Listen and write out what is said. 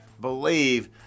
believe